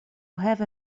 have